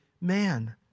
man